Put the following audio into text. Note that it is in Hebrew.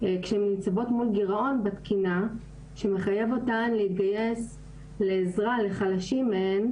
כשהן ניצבות מול גירעון בתקינה שמחייב אותן להתגייס לעזרה לחלשים מהן,